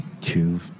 two